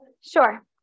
Sure